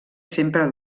sempre